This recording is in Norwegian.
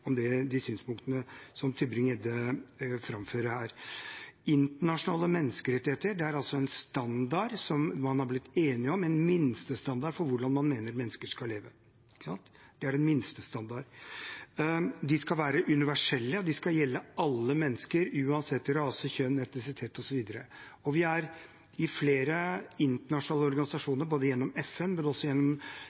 de synspunktene som Tybring-Gjedde framfører her. Internasjonale menneskerettigheter er en standard som man er blitt enig om – en minstestandard for hvordan man mener mennesker skal leve. De skal være universelle, og de skal gjelde alle mennesker, uansett rase, kjønn, etnisitet osv. Vi er i flere internasjonale organisasjoner, både gjennom FN